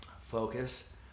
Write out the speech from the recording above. focus